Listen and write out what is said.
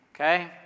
Okay